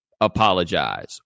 apologize